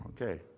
Okay